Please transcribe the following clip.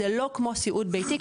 זה לא כמו סיעוד בייתי,